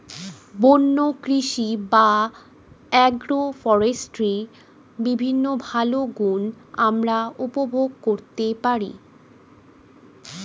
বন্য কৃষি বা অ্যাগ্রো ফরেস্ট্রির বিভিন্ন ভালো গুণ আমরা উপভোগ করতে পারি